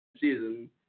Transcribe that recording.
season